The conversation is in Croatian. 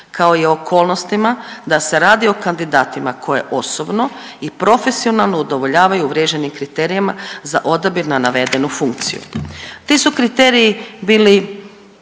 kao i okolnostima da se radi o kandidatima koje osobno i profesionalno udovoljavaju uvriježenim kriterijima za odabir na navedenu funkciju. Ti su kriteriji bili